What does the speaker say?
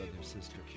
sister